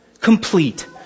complete